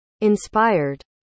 Inspired